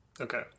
Okay